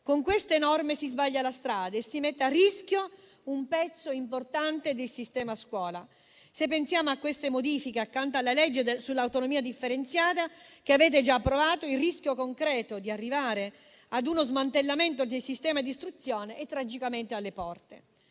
Con queste norme si sbaglia la strada e si mette a rischio un pezzo importante del sistema scuola. Se pensiamo a queste modifiche accanto alla legge sull'autonomia differenziata, che avete già approvato, il rischio concreto di arrivare ad uno smantellamento del sistema di istruzione è tragicamente alle porte.